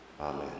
Amen